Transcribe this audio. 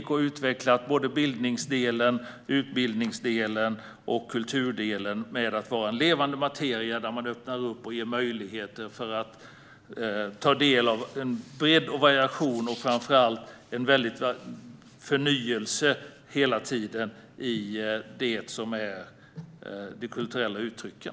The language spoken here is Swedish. Vi har utvecklat bildningsdelen, utbildningsdelen och kulturdelen med att låta detta vara levande materia, där man öppnar upp och ger möjligheter för att ta del av en bredd, variation och - framför allt - ständig förnyelse i de kulturella uttrycken.